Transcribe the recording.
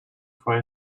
for